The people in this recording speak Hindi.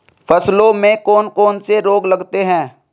फसलों में कौन कौन से रोग लगते हैं?